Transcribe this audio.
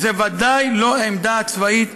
זו ודאי לא העמדה הצבאית.